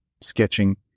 sketching